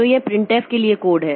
तो यह प्रिंटफ के लिए कोड है